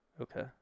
Okay